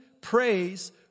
praise